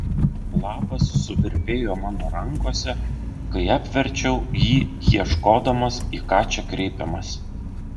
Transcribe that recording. lapas suvirpėjo mano rankose kai apverčiau jį ieškodamas į ką čia kreipiamasi